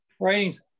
writings